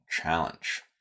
challenge